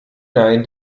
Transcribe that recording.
nein